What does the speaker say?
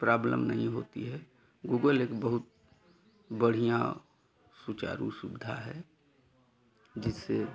problem नहीं होती है गूगल एक बहुत बढ़िया सुचारु सुविधा है जिससे